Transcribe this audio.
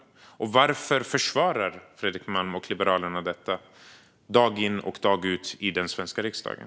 Och varför försvarar Fredrik Malm och Liberalerna detta dag ut och dag in i den svenska riksdagen?